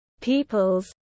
peoples